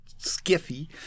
skiffy